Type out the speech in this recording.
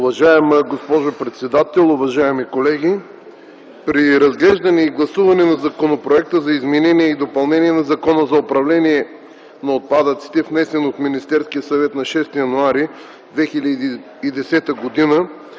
Уважаема госпожо председател, уважаеми колеги! При разглеждането и гласуването на Законопроекта за изменение и допълнение на Закона за управление на отпадъците, внесен от Министерския съвет на 6 януари 2010 г. и